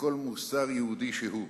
לכל מוסר יהודי שהוא.